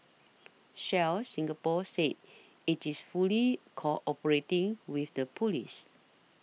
shell Singapore said it is fully cooperating with the police